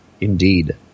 Indeed